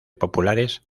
populares